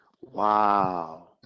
Wow